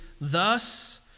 thus